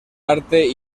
arte